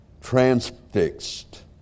transfixed